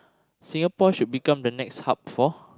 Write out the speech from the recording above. Singapore should become the next hub for